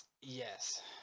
yes